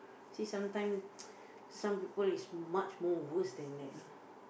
see sometime some people is much more worse than that you know